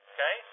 Okay